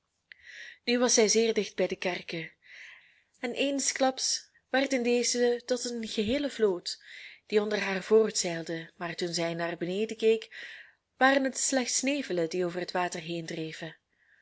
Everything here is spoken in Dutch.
nu was zij zeer dicht bij de kerken en eensklaps werden deze tot een geheele vloot die onder haar voortzeilde maar toen zij naar beneden keek waren het slechts nevelen die over het water heen dreven